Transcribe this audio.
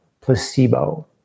placebo